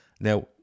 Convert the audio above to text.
now